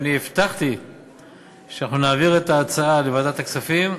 הבטחתי שנעביר את ההצעה לוועדת הכספים,